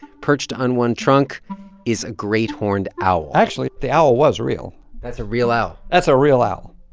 perched on one trunk is a great horned owl actually, the owl was real that's a real owl that's a real owl.